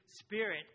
spirit